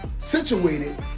situated